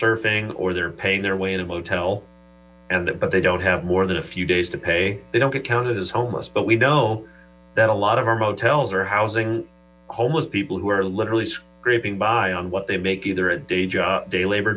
surfing or they're paying their way in a motel and but they don't have more than a few days to pay they don't get counted as homeless but we know that a lot of our motels are housing homeless people who are literally scraping by on what they make either a day job day labor